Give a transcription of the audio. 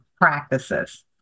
practices